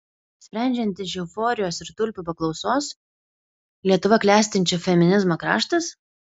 sprendžiant iš euforijos ir tulpių paklausos lietuva klestinčio feminizmo kraštas